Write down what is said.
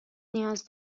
نیاز